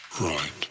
right